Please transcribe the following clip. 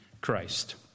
Christ